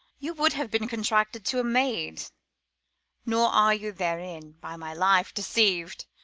you would have been contracted to a maid nor are you therein, by my life, deceiv'd,